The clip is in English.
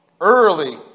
Early